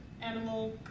animal